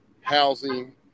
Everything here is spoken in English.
housing